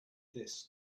this